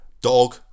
dog